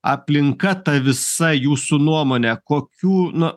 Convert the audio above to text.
aplinka ta visa jūsų nuomone kokių nu